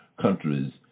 countries